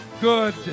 good